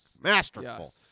masterful